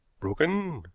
broken?